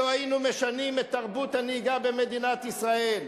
היינו משנים את תרבות הנהיגה במדינת ישראל.